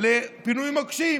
לפינוי מוקשים.